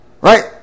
Right